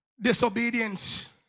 Disobedience